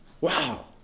Wow